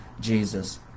Jesus